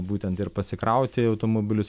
būtent ir pasikrauti automobilius